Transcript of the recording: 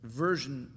version